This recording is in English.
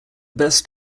best